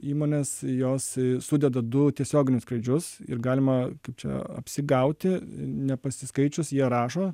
įmonės jos sudeda du tiesioginius skrydžius ir galima čia apsigauti nepasiskaičius jie rašo